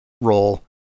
role